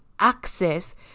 access